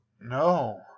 No